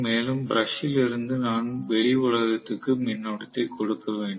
மேலும் பிரஷ் ல் இருந்து நான் வெளி உலகத்திற்கு மின்னோட்டத்தை எடுக்க வேண்டும்